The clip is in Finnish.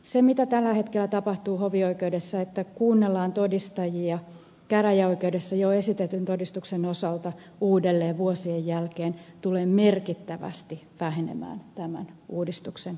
se mitä tällä hetkellä tapahtuu hovioikeudessa että kuunnellaan todistajia käräjäoikeudessa jo esitetyn todistuksen osalta uudelleen vuosien jälkeen tulee merkittävästi vähenemään tämän uudistuksen myötä